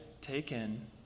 taken